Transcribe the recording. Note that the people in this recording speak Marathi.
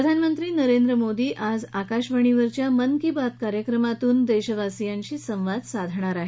प्रधानमंत्री नरेंद्र मोदी आज आकाशवाणी वरच्या मन की बात या कार्यक्रमात देशवासियांशी संवाद साधणार आहेत